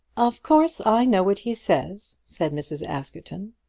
of course, i know what he says, said mrs. askerton.